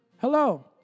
Hello